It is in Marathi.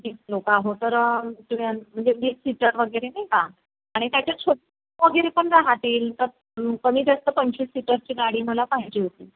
वीस लोक आहो तर तुम्ही म्हणजे वीस सीटर वगैरे नाही का आणि त्याच्यात छोटी वगैरे पण राहतील तर कमी जास्त पंचवीस सीटरची गाडी मला पाहिजे होती